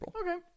okay